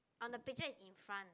on the picture is in front